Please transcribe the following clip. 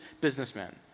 businessman